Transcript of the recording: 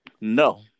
No